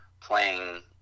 playing